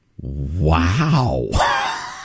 Wow